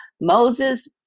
Moses